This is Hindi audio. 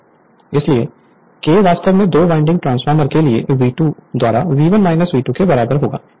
इसलिए K वास्तव में दो वाइंडिंग ट्रांसफार्मर के लिए V2 द्वारा V1 V2 के बराबर होगा